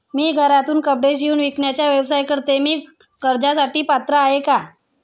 मी घरातूनच कपडे शिवून विकण्याचा व्यवसाय करते, मी कर्जासाठी पात्र आहे का?